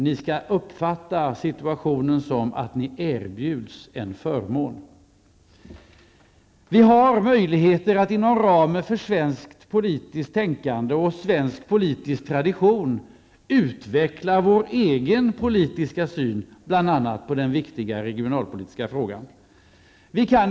Ni skall uppfatta situationen som att ni erbjuds en förmån. Vi har möjligheter att inom ramen för svenskt politiskt tänkande och svensk politisk tradition utveckla vår egen politiska syn på bl.a. den viktiga regionalpolitiska frågan.